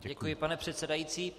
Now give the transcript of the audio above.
Děkuji, pane předsedající.